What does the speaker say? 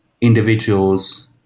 individuals